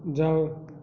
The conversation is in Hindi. जाओ